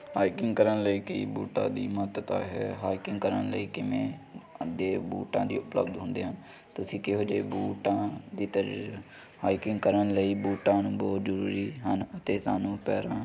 hiking ਕਰਨ ਲਈ ਕਈ ਬੂਟਾਂ ਦੀ ਮਹੱਤਤਾ ਹੈ ਹਾਈਕਿੰਗ ਕਰਨ ਲਈ ਕਿਵੇਂ ਅੱਗੇ ਬੂਟਾਂ ਦੀ ਉਪਲਬਧ ਹੁੰਦੇ ਹਨ ਤੁਸੀਂ ਕਿਹੋ ਜਿਹੇ ਬੂਟਾਂ ਦੀ ਹਾਈਕਿੰਗ ਕਰਨ ਲਈ ਬੂਟਾਂ ਬਹੁਤ ਜ਼ਰੂਰੀ ਹਨ ਅਤੇ ਸਾਨੂੰ ਪੈਰਾਂ